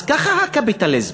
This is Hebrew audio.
אז ככה הקפיטליזם.